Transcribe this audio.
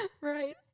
Right